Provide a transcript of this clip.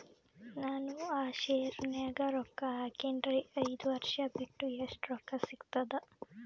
ನಾನು ಆ ಶೇರ ನ್ಯಾಗ ರೊಕ್ಕ ಹಾಕಿನ್ರಿ, ಐದ ವರ್ಷ ಬಿಟ್ಟು ಎಷ್ಟ ರೊಕ್ಕ ಸಿಗ್ತದ?